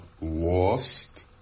lost